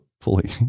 fully